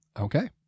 Okay